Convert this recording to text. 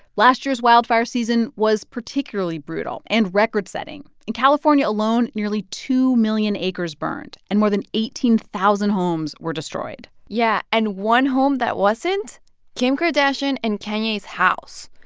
last year's wildfire season was particularly brutal and record setting. in california alone, nearly two million acres burned, and more than eighteen thousand homes were destroyed yeah. and one home that wasn't kim kardashian and kanye's house.